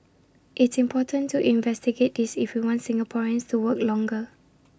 it's important to investigate this if we want Singaporeans to work longer